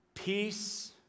Peace